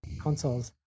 consoles